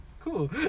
cool